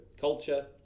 culture